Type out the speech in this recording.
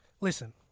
listen